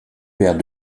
père